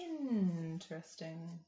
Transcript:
Interesting